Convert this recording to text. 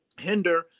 hinder